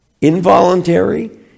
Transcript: involuntary